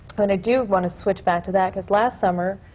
and i do want to switch back to that, because last summer,